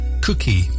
Cookie